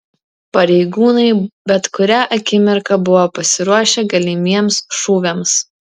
pareigūnai bet kurią akimirką buvo pasiruošę galimiems šūviams